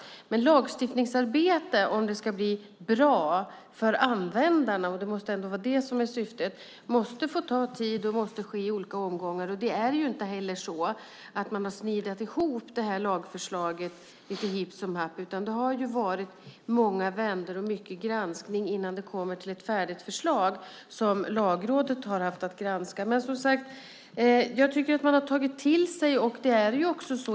För att ett lagstiftningsarbete ska bli bra för användarna - det måste ändå vara det som är syftet - måste det få ta tid och ske i olika omgångar. Det är inte så att man lite hipp som happ har snidat ihop lagförslaget, utan det har varit många vändor och mycket granskning innan det kom till det färdiga förslag som Lagrådet haft att granska. Jag tycker, som sagt, att man tagit till sig det som uttalats.